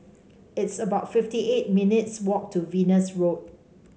it's about fifty eight minutes' walk to Venus Road